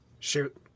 Shoot